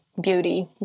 beauty